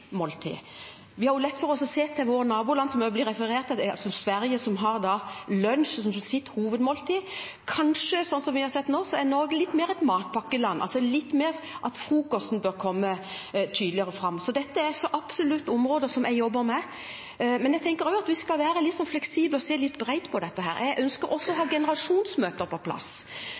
Vi har lett for å se til våre naboland, som det også blir referert til. Sverige har lunsjen som sitt hovedmåltid. Kanskje er Norge, som vi har sett nå, litt mer et matpakkeland, hvor frokosten bør komme tydeligere fram. Dette er absolutt områder som jeg jobber med, men jeg tenker at vi skal være litt fleksible og se bredt på dette. Jeg ønsker også å ha generasjonsmøter på plass.